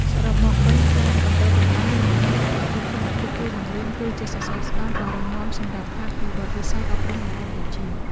សរុបមកវិញការបណ្តុះបណ្តាលនិងការលើកកម្ពស់គុណភាពគ្រូបង្រៀនគឺជាសសរស្តម្ភដ៏រឹងមាំសម្រាប់អភិវឌ្ឍវិស័យអប់រំនៅកម្ពុជា។